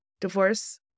divorce